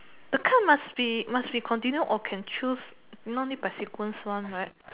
the card must be must be continue or can choose no need by sequence one right